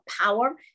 power